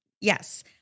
yes